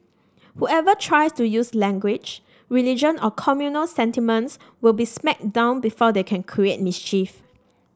whoever tries to use language religion or communal sentiments will be smacked down before they can create mischief